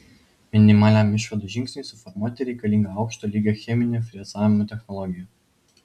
minimaliam išvadų žingsniui suformuoti reikalinga aukšto lygio cheminio frezavimo technologija